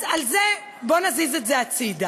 אז על זה, בוא נזיז את זה הצדה.